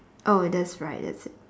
oh that's right that's